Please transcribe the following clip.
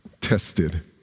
tested